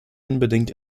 unbedingt